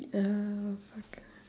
oh fuck